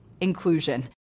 inclusion